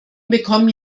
bekommen